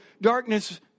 darkness